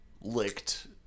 licked